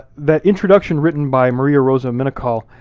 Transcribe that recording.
that introduction written by maria rosa menocal,